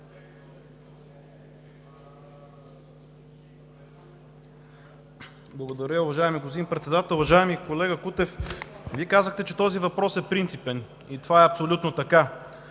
Благодаря Ви, уважаеми господин Председател. Уважаеми колега Кутев, Вие казахте, че този въпрос е принципен. И това е така,